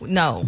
no